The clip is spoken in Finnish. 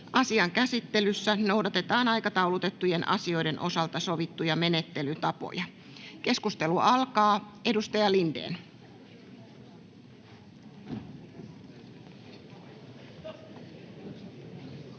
Asian käsittelyssä noudatetaan aikataulutettujen asioiden osalta sovittuja menettelytapoja. — Keskustelu alkaa. Edustaja Lindén. Arvoisa